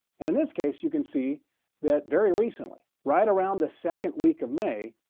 and in this case, you can see that very recently, right around the second week of may,